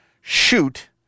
shoot